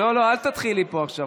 לא, אל תתחיל לי פה עכשיו.